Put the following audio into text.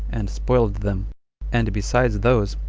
and spoiled them and besides those,